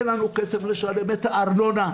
אין לנו כסף לשלם את הארנונה.